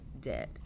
dead